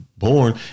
born